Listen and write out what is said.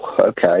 okay